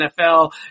NFL